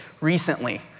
recently